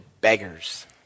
beggars